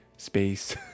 space